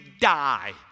die